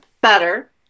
Better